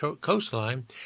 coastline